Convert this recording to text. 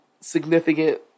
significant